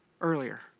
earlier